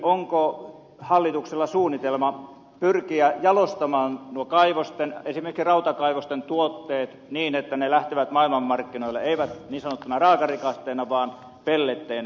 onko hallituksella suunnitelma pyrkiä jalostamaan nuo kaivosten esimerkiksi rautakaivosten tuotteet niin että ne lähtevät maailmanmarkkinoille eivät niin sanottuna raakarikasteena vaan pelletteinä